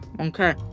Okay